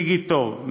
דיגיטוב,